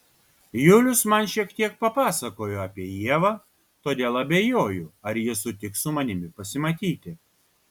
julius man šiek tiek papasakojo apie ievą todėl abejoju ar ji sutiks su manimi pasimatyti